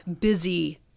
busy